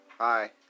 Hi